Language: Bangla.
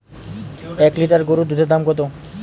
এক লিটার গোরুর দুধের দাম কত?